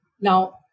Now